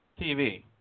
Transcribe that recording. TV